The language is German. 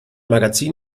magazin